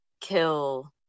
kill